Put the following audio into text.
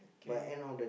k